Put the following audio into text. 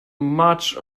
much